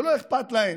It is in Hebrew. שלא אכפת להם